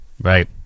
Right